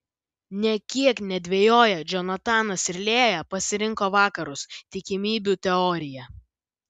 nė kiek nedvejoję džonatanas ir lėja pasirinko vakarus tikimybių teoriją